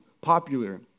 popular